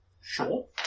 Sure